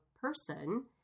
person